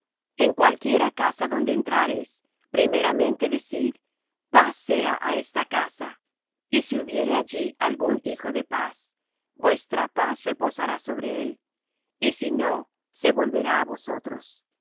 en cualquiera casa donde entrareis primeramente decid paz sea á esta casa y si hubiere allí algún hijo de paz vuestra paz reposará sobre él y si no se volverá á vosotros